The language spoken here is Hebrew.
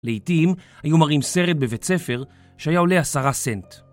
לעתים היו מראים סרט בבית ספר שהיה עולה עשרה סנט